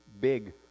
big